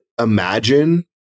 imagine